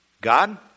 God